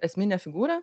esminę figūrą